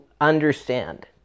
understand